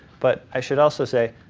but i should also say,